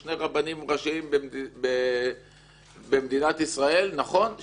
שני רבנים ראשיים במדינת ישראל נכון,